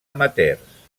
amateurs